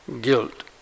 Guilt